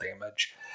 damage